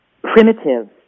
primitive